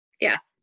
Yes